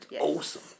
awesome